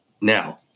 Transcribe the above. Now